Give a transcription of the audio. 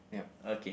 okay